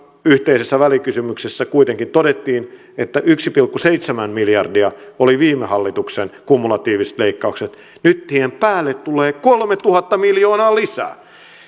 yhteisessä välikysymyksessämme kuitenkin todettiin että yksi pilkku seitsemän miljardia olivat viime hallituksen kumulatiiviset leikkaukset ja nyt niiden päälle tulee kolmetuhatta miljoonaa lisää